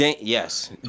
Yes